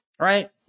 right